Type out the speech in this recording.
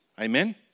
Amen